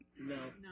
No